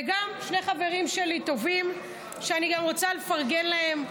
וגם שני חברים טובים שלי שאני רוצה לפרגן להם,